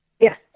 Yes